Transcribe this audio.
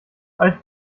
alt